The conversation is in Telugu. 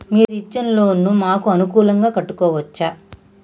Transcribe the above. మీరు ఇచ్చిన లోన్ ను మాకు అనుకూలంగా కట్టుకోవచ్చా?